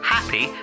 Happy